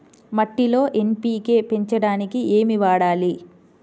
మట్టిలో ఎన్.పీ.కే పెంచడానికి ఏమి వాడాలి?